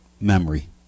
memory